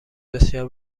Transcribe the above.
بسیار